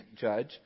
judge